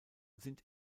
sind